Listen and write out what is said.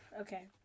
Okay